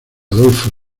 adolfo